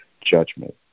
judgment